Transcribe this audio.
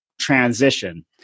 transition